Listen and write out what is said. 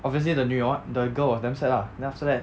obviously the 女 the girl was damn sad lah then after that